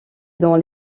dans